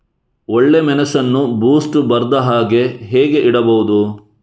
ಒಳ್ಳೆಮೆಣಸನ್ನು ಬೂಸ್ಟ್ ಬರ್ದಹಾಗೆ ಹೇಗೆ ಇಡಬಹುದು?